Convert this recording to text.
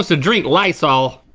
so drink lysol,